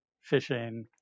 fishing